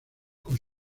con